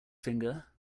finger